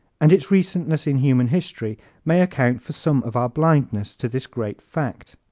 and its recentness in human history may account for some of our blindness to this great fact.